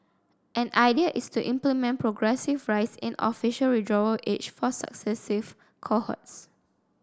an idea is to implement progressive rise in official withdrawal age for successive cohorts